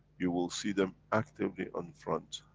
you will see them actively on front.